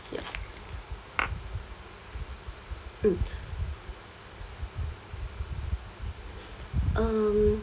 ya mm um